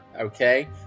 Okay